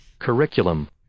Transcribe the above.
curriculum